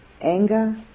anger